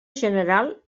general